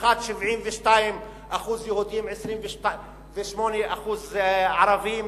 נוסחת 72% יהודים ו-28% ערבים.